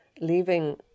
leaving